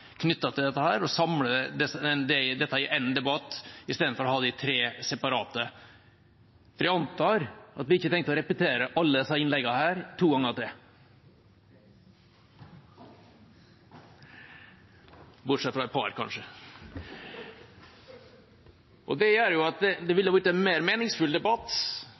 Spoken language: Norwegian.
knyttet til dette, og samle det i én debatt i stedet for å ha tre separate. Jeg antar at vi ikke trenger å repetere alle innleggene her to ganger – bortsett fra et par, kanskje. Det ville gitt en mer meningsfull debatt